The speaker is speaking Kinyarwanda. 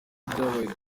ibyabaye